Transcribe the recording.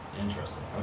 interesting